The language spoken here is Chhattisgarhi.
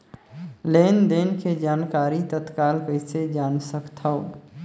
लेन देन के जानकारी तत्काल कइसे जान सकथव?